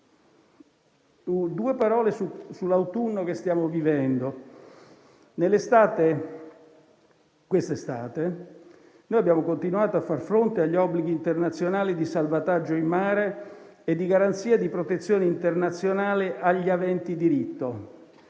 Due parole sull'autunno che stiamo vivendo. Questa estate abbiamo continuato a far fronte agli obblighi internazionali di salvataggio in mare e di garanzia di protezione internazionale agli aventi diritto.